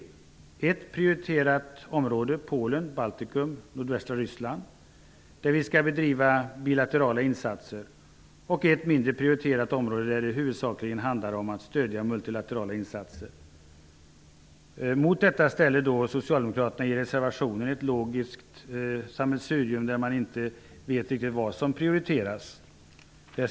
Det finns ett prioriterat område -- Polen, Baltikum och nordvästra Ryssland -- där vi skall bedriva bilaterala insatser och ett mindre prioriterat område, där det huvudsakligen handlar om att stödja multilaterala insatser. Mot detta ställer Socialdemokraterna i reservation 1 ett logiskt sammelsurium, där man inte vet riktigt vad som prioriteras.